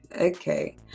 okay